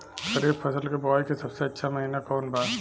खरीफ फसल के बोआई के सबसे अच्छा महिना कौन बा?